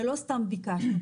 הרי לא סתם בקשנו,